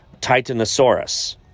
Titanosaurus